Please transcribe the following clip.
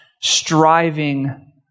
striving